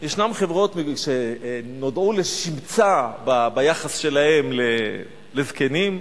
יש חברות שנודעו לשמצה ביחס שלהן לזקנים.